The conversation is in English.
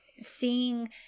seeing